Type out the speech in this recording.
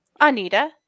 Anita